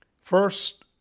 First